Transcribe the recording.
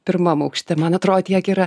pirmam aukšte man atro tiek yra